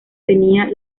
tenía